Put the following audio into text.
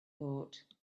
thought